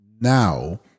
Now